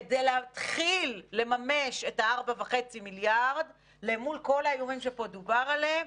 כדי להתחיל לממש את ה-4.5 מיליארד למול כל האיומים שפה דובר עליהם,